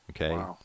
Okay